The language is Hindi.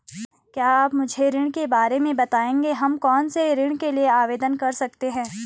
क्या आप मुझे ऋण के बारे में बताएँगे हम कौन कौनसे ऋण के लिए आवेदन कर सकते हैं?